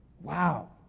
wow